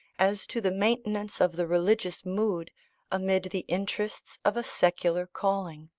as to the maintenance of the religious mood amid the interests of a secular calling.